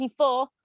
24